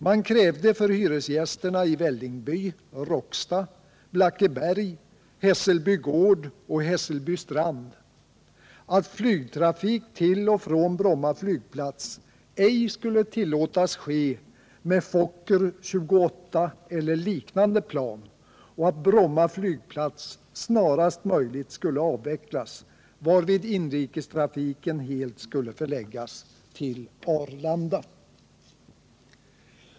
Man krävde för hyresgästerna i Vällingby, Råcksta, Blackeberg, Hässelby gård och Hässelby strand att flygtrafik till och från Bromma flygplats ej skulle tillåtas ske med Fokker F-28 eller liknande plan och att Bromma flygplats snarast möjligt skulle avvecklas, varvid inrikestrafiken helt skulle förläggas till Arlanda.